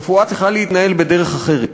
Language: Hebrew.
רפואה צריכה להתנהל בדרך אחרת,